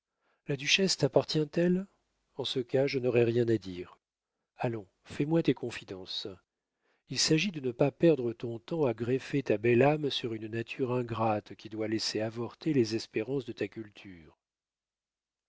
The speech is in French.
la duchesse tappartient elle en ce cas je n'aurai rien à dire allons fais-moi tes confidences il s'agit de ne pas perdre ton temps à greffer ta belle âme sur une nature ingrate qui doit laisser avorter les espérances de ta culture